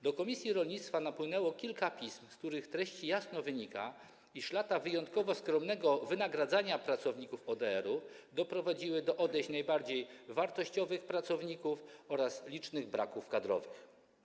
Do komisji rolnictwa wpłynęło kilka pism, z których treści jasno wynika, iż lata wyjątkowo skromnego wynagradzania pracowników ODR-ów doprowadziły do odejść najbardziej wartościowych pracowników oraz licznych braków kadrowych.